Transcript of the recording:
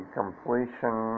completion